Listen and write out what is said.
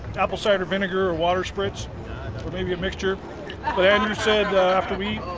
apple cider vinegar or water spritz or maybe a mixture but andrew said after we